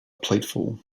plateful